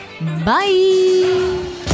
Bye